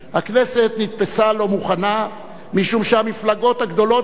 הכנסת נתפסה לא מוכנה משום שהמפלגות הגדולות בה,